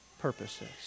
purposes